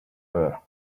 wear